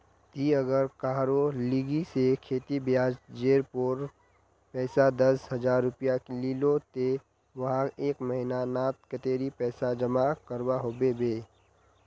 ती अगर कहारो लिकी से खेती ब्याज जेर पोर पैसा दस हजार रुपया लिलो ते वाहक एक महीना नात कतेरी पैसा जमा करवा होबे बे?